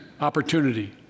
opportunity